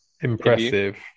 impressive